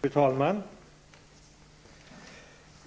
Fru talman!